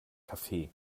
café